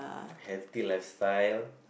healthy lifestyle